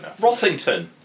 Rossington